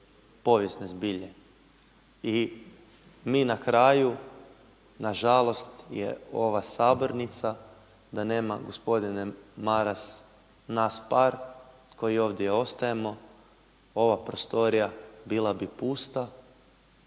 povijesne zbilje. I mi na kraju, na žalost je ova sabornica da nema gospodine Maras nas par koji ovdje ostajemo, ova prostorija bila bi pusta